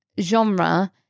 genre